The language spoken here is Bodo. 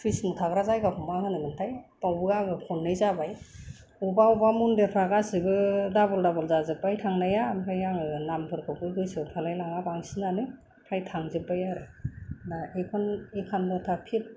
कृष्ण थाग्रा जायगाखौ मा होनोमोनथाय बेयावबो आङो खननै जाबाय अबावबा अबावबा मन्दिरफ्रा गासैबो डाबल डाबल जाजोब्बाय थांनाया ओमफ्राय आङो नामफोरखौबो गोसो थालायलाङा बांसिनानो ओमफ्राय थांजोब्बाय आरो दा एकाउन्नथा फिथ